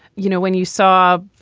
you know, when you saw,